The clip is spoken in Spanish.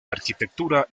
arquitectura